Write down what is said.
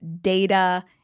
data